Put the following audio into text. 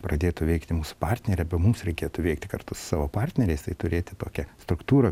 pradėtų veikti mūsų partnerė bei mums reikėtų veikti kartu su savo partneriais tai turėti tokią struktūrą